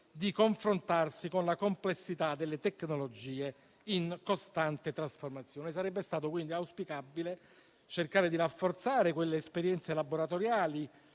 di confrontarsi con la complessità di tecnologie in costante trasformazione. Sarebbe stato quindi auspicabile cercare di rafforzare le esperienze laboratoriali